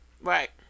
Right